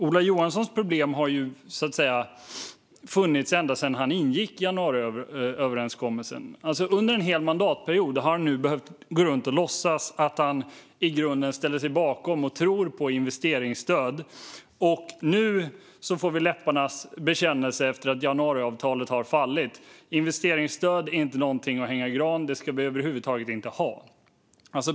Ola Johanssons problem har funnits ända sedan han ingick januariöverenskommelsen. Under en hel mandatperiod har han nu behövt gå runt och låtsas att han i grunden ställer sig bakom och tror på investeringsstöd. Nu får vi läpparnas bekännelse efter att januariavtalet har fallit. Investeringsstöd är inte någonting att hänga i granen; det ska vi över huvud taget inte ha.